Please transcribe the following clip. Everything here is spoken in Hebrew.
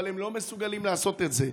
אבל הם לא מסוגלים לעשות את זה.